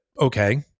okay